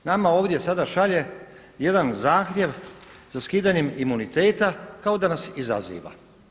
Nama ovdje sada šalje jedan zahtjev za skidanjem imuniteta kao da nas izaziva.